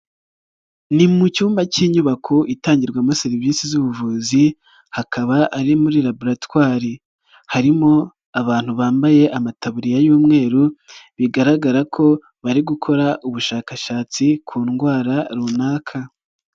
Ni mu cyumba cy'inyubako itangirwamo serivisi z'ubuvuzi hakaba ari muri laboratwari, harimo abantu bambaye amataburiya y'umweru bigaragara ko bari gukora ubushakashatsi ku ndwara runaka.